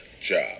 job